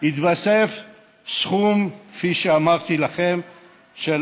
יתווסף סכום, כפי שאמרתי לכם, של